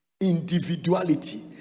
individuality